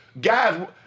guys